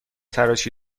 تراشی